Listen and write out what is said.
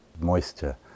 moisture